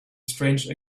strange